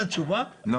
גם